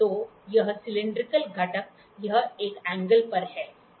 तो यह सिलैंडरिकल घटक यह एक कोण पर है